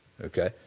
okay